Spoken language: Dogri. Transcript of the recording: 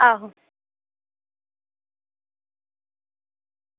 आहो